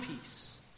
peace